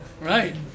Right